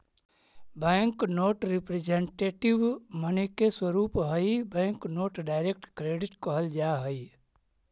bank note representative money के स्वरूप हई बैंक नोट डायरेक्ट क्रेडिट कहल जा हई